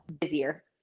busier